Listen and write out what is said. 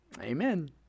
amen